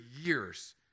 years